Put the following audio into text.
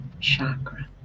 chakra